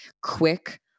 quick